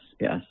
yes